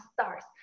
stars